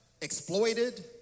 exploited